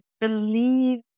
believe